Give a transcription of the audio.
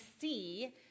see